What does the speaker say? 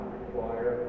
require